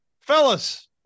fellas